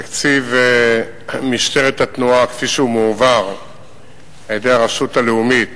תקציב משטרת התנועה כפי שהוא מועבר על-ידי הרשות הלאומית